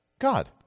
God